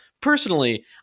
Personally